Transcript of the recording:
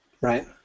right